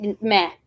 meh